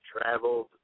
traveled